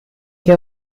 che